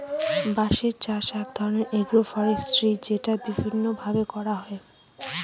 বাঁশের চাষ এক ধরনের এগ্রো ফরেষ্ট্রী যেটা বিভিন্ন ভাবে করা হয়